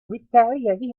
retaliate